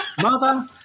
Mother